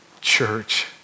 church